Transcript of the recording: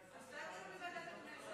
אז תעבירו לוועדת הכנסת.